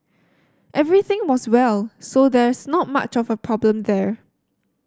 everything was well so there's not much of a problem there